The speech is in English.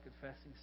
confessing